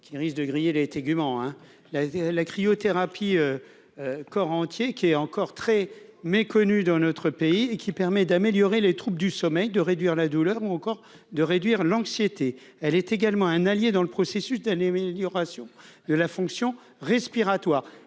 qui risque de griller les tégument hein la la cryothérapie corps entier qui est encore très méconnue dans notre pays et qui permet d'améliorer les troupes du sommeil, de réduire la douleur ou encore de réduire l'anxiété, elle est également un allié dans le processus d'année, amélioration de la fonction respiratoire,